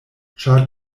ĉar